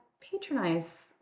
patronize